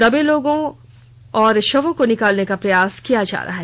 दबे लोगों और शवों को निकालने का प्रयास किया जा रहा है